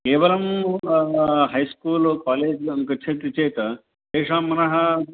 केवलं है स्कूल् कालेजं गच्छति चेत् तेषां मनः